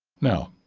now,